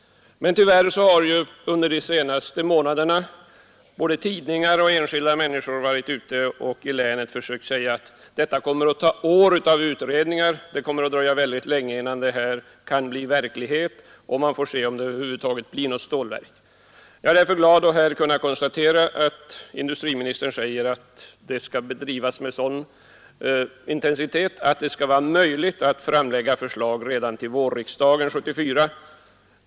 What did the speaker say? Men tyvärr har under de senaste månaderna både tidningar och enskilda människor i länet hävdat att det kommer att krävas år av utredningar och dröja mycket länge innan planerna kan bli verklighet — man får se om det över huvud taget blir något stålverk. Jag är därför glad att kunna konstatera att industriministern säger att arbetet skall bedrivas med sådan intensitet att det skall vara möjligt att framlägga förslag redan till vårriksdagen 1974.